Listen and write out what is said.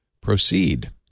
proceed